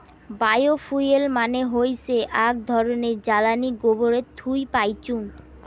bio fuel মানে হৈসে আক ধরণের জ্বালানী গোবরের থুই পাইচুঙ